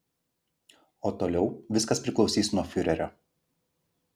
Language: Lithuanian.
o toliau viskas priklausys nuo fiurerio